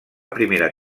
primera